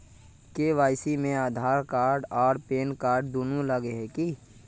KYC में Aadhaar card आर PAN card दुनू लगे है की?